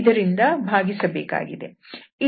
ಇದರಿಂದ ಭಾಗಿಸಬೇಕಾಗಿದೆ